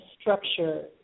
structure